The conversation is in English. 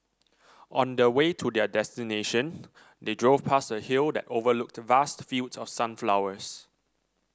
on the way to their destination they drove past a hill that overlooked vast fields of sunflowers